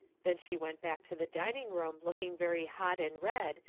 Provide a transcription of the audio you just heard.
then she went back to the dining-room, looking very hot and red,